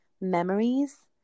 memories